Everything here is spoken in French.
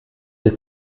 des